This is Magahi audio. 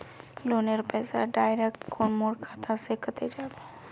लोनेर पैसा डायरक मोर खाता से कते जाबे?